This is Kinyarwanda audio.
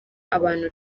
abantu